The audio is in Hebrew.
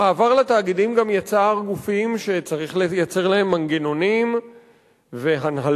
המעבר לתאגידים גם יצר גופים שצריך לייצר להם מנגנונים והנהלות